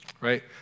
right